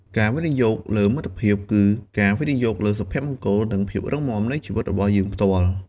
ការវិនិយោគលើមិត្តភាព គឺការវិនិយោគលើសុភមង្គល និងភាពរឹងមាំនៃជីវិតរបស់យើងផ្ទាល់។